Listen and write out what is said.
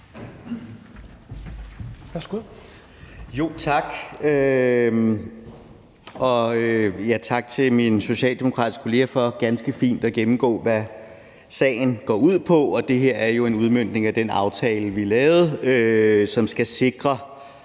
Tak. Og tak til min socialdemokratiske kollega for ganske fint at gennemgå, hvad sagen går ud på. Det her er jo en udmøntning af den aftale, vi lavede, som skal sikre